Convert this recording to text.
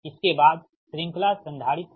इसके बाद श्रृंखला संधारित्र है